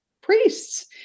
priests